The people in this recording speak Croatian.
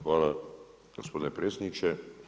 Hvala gospodine predsjedniče.